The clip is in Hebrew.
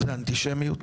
זה אנטישמיות,